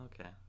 okay